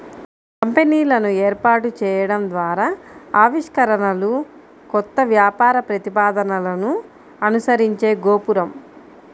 కంపెనీలను ఏర్పాటు చేయడం ద్వారా ఆవిష్కరణలు, కొత్త వ్యాపార ప్రతిపాదనలను అనుసరించే గోపురం